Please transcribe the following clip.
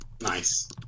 Nice